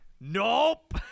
Nope